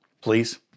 please